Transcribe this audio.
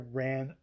ran